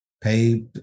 pay